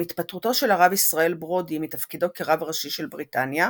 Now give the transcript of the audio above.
עם התפטרותו של הרב ישראל ברודי מתפקידו כרב ראשי של בריטניה,